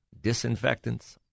disinfectants